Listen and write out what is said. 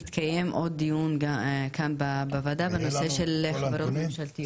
יתקיים עוד דיון כאן בוועדה בנושא של חברות ממשלתיות.